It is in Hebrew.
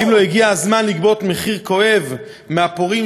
האם לא הגיע הזמן לגבות מחיר כואב מהפורעים,